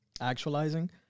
actualizing